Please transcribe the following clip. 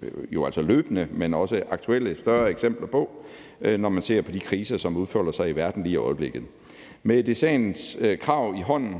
desværre både løbende og også aktuelle eksempler på, når man ser på de kriser, som udfolder sig i verden lige i øjeblikket. Med DSA'ens krav i hånden